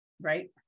right